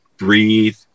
breathe